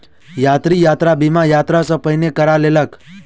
यात्री, यात्रा बीमा, यात्रा सॅ पहिने करा लेलक